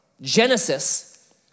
Genesis